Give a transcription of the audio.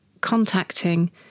contacting